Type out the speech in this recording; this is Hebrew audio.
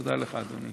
תודה לך, אדוני.